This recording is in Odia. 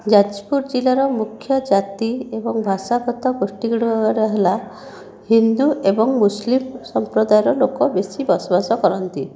ଯାଜପୁର ଜିଲ୍ଲାର ମୁଖ୍ୟ ଜାତି ଏବଂ ଭାଷାଗତ ଗୋଷ୍ଠୀ ଗୁଡ଼ିକ ହେଲା ହିନ୍ଦୁ ଏବଂ ମୁସଲିମ୍ ସମ୍ପ୍ରଦାୟର ଲୋକ ବେଶି ବସବାସ କରନ୍ତି